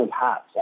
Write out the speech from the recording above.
hats